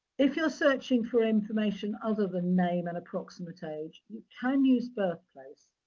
if you're searching for information other than name and approximate age, you can use birth place,